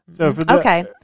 Okay